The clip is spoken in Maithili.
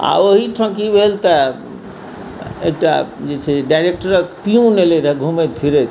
आओर ओहिठाम की भेल तऽ एकटा जे छै डाइरेक्टरक पीउन अयलै घूमैत फिरैत